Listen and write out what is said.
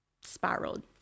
spiraled